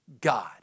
God